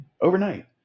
overnight